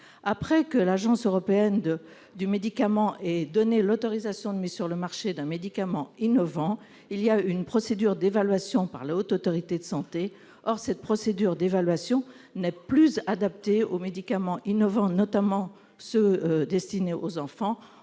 Après que l'Agence européenne des médicaments a donné l'autorisation de mise sur le marché d'un médicament innovant, il y a une procédure d'évaluation par la Haute Autorité de santé. Or cette procédure n'est plus adaptée aux médicaments innovants, notamment ceux qui sont destinés aux enfants,